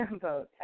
vote